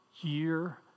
year